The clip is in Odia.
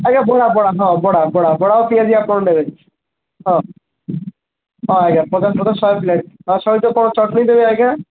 ଆଜ୍ଞା ବରା ବରା ହଁ ବଡ଼ା ବଡ଼ା ବଡ଼ା ଆଉ ପିଆଜି ଆପଣ ନେବେ ହଁ ହଁ ଆଜ୍ଞା ପଚାଶ ପଚାଶ ଶହେ ପ୍ଲେଟ୍ ତା' ସହିତ କ'ଣ ଚଟଣୀ ଦେବି ଆଜ୍ଞା